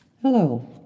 Hello